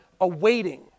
awaiting